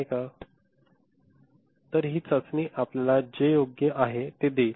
तर ही चाचणी आपल्याला जे योग्य आहे ते देईल